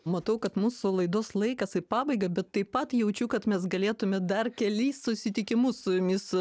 matau kad mūsų laidos laikas į pabaigą bet taip pat jaučiu kad mes galėtume dar kelis susitikimus su jumis